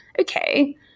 okay